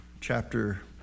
chapter